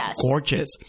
gorgeous